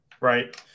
Right